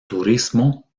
turismo